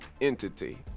entity